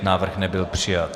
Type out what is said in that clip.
Návrh nebyl přijat.